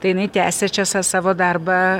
tai jinai tęsė čia sa savo darbą